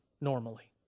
normally